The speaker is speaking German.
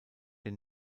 den